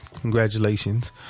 congratulations